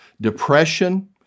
depression